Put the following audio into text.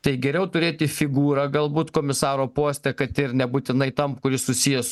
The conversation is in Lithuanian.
tai geriau turėti figūrą galbūt komisaro poste kad ir nebūtinai tam kuris susijęs